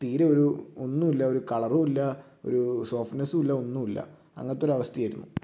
തീരെ ഒരു ഒന്നുമില്ല ഒരു കളറുമില്ല ഒരു സോഫ്റ്റ്നസ്സും ഇല്ല ഒന്നുമില്ല അങ്ങനത്തെ ഒരു അവസ്ഥയായിരുന്നു